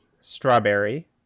strawberry